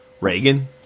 Reagan